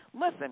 Listen